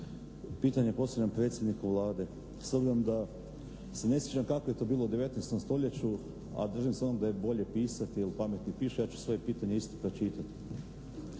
Pitanje postavljam predsjedniku Vlade. S obzirom da se ne sjećam kako je to bilo u 19. stoljeću, a držim samo da je bolje pisati jer pametni piše, ja ću svome pitanje isto pročitati.